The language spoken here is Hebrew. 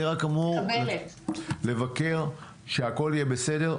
אני רק אמור לבקר שהכול יהיה בסדר.